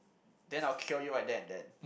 then I'll cure you right there and then